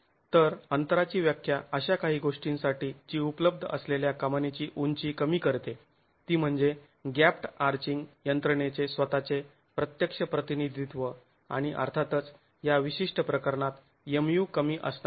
तर अंतराची व्याख्या अशा काही गोष्टींसाठी जी उपलब्ध असलेल्या कामानीची उंची कमी करते ती म्हणजे गॅप्ड् आर्चिंग यंत्रणेचे स्वतःचे प्रत्यक्ष प्रतिनिधित्व आणि अर्थातच या विशिष्ट प्रकरणात Mu कमी असणार आहे